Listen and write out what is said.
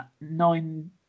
nine